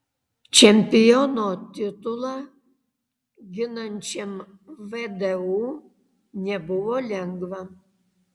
čempiono titulą ginančiam vdu nebuvo lengva